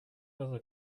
other